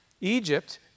Egypt